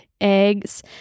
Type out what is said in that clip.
eggs